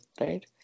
right